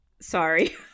sorry